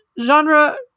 genre